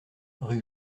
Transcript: rue